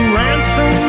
ransom